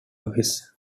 office